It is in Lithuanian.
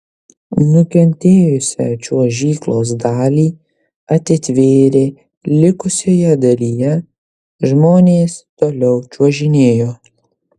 nukentėjusią čiuožyklos dalį atitvėrė likusioje dalyje žmonės toliau čiuožinėjo